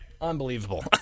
Unbelievable